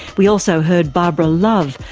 we also heard barbara love,